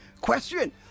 Question